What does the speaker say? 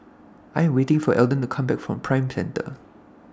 I Am waiting For Eldon to Come Back from Prime Centre